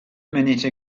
minute